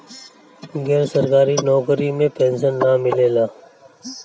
गैर सरकारी नउकरी में पेंशन ना मिलेला